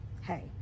hey